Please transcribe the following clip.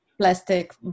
plastic